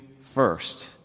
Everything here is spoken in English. first